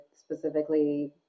specifically